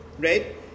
right